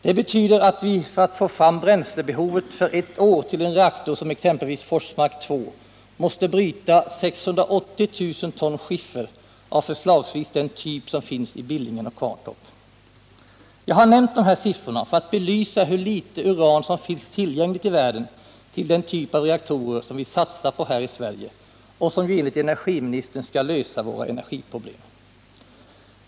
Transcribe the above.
Det betyder att vi för att få fram bränslebehovet för ett år till en reaktor som exempelvis Forsmark 2 måste bryta 680000 ton skiffer av förslagsvis den typ som finns i Billingen och Kvarntorp. Jag har nämnt de här siffrorna för att belysa hur lite uran som finns tillgängligt i världen till den typ av reaktorer som vi satsar på här i Sverige och som ju enligt energiministern skall lösa våra problem.